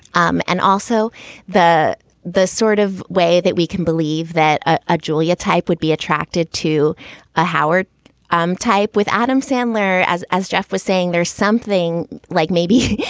um and also the the sort of way that we can believe that ah julia type would be attracted to a howard um type with adam sandler. as as jeff was saying, there's something like maybe,